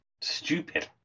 stupid